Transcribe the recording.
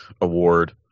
award